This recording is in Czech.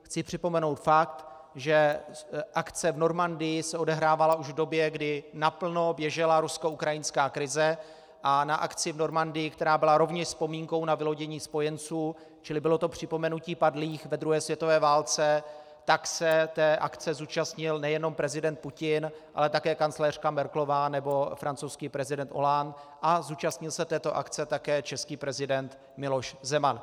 Chci připomenout fakt, že akce v Normandii se odehrávala už v době, kdy naplno běžela ruskoukrajinská krize, a na akci v Normandii, která byla rovněž vzpomínkou na vylodění spojenců, čili bylo to připomenutí padlých ve druhé světové válce, tak se té akce zúčastnil nejenom prezident Putin, ale také kancléřka Merkelová nebo francouzský prezident Hollande a zúčastnil se této akce také český prezident Miloš Zeman.